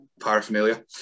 paraphernalia